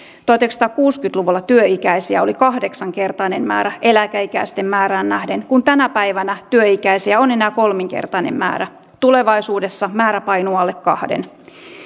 tuhatyhdeksänsataakuusikymmentä luvulla työikäisiä oli kahdeksankertainen määrä eläkeikäisten määrään nähden kun tänä päivänä työikäisiä on enää kolminkertainen määrä tulevaisuudessa määrä painuu alle kahden